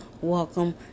Welcome